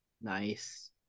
nice